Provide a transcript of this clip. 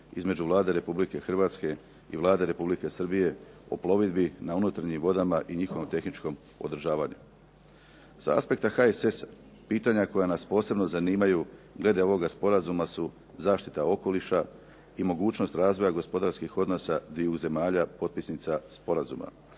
između Vlada Republike Hrvatske i Vlade Republike Srbije o plovidbi na unutarnjim vodama i njihovom tehničkom održavanju. Sa aspekta HSS-a pitanja koja nas posebno zanimaju glede ovog sporazuma su zaštita okoliša i mogućnost razvoja gospodarskih odnosa dviju zemalja potpisnica sporazuma,